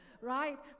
right